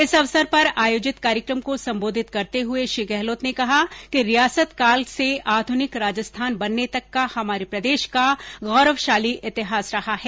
इस अवसर पर आयोजित कार्यक्रम को संबोधित करते हुए श्री गहलोत ने कहा कि रियासत काल से आध्रनिक राजस्थान बनने तक का हमारे प्रदेश का गौरवशाली इतिहास रहा है